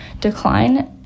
decline